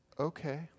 okay